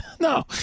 No